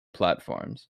platforms